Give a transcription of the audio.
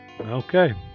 Okay